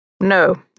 No